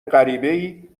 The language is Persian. غریبهای